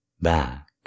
back